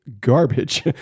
garbage